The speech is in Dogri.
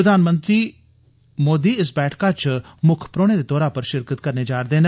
प्रधानमंत्री मोदी इस बैठक च मुक्ख परौहने दे तौरा शिरकत करने जा करदे न